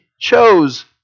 chose